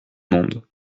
monde